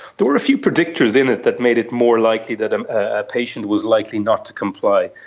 there were a few predictors in it that made it more likely that um a patient was likely not to comply.